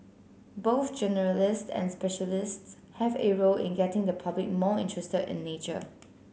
both generalists and specialists have a role in getting the public more interested in nature